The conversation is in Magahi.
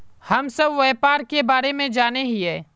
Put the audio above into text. हम सब व्यापार के बारे जाने हिये?